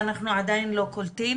ואנחנו עדיין לא קולטים